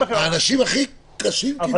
האנשים הכי קשים כביכול,